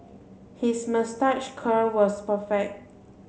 his moustache curl was perfect